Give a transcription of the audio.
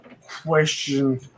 question